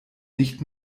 nicht